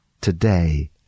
today